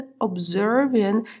observing